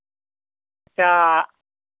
ᱟᱪᱪᱷᱟ